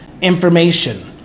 information